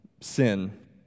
sin